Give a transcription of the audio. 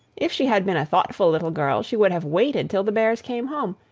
if she had been a thoughtful little girl, she would have waited till the bears came home,